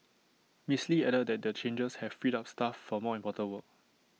miss lee added that the changes have freed up staff for more important work